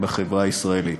בחברה הישראלית.